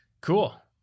Cool